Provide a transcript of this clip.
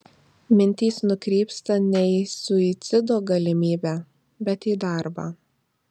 mintys nukrypsta ne į suicido galimybę bet į darbą